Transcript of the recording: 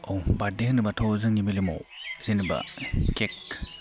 अ birthday होनोब्लाथ' जोंनि मेलेमाव जेनेबा केक